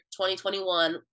2021